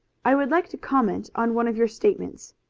i would like to comment on one of your statements.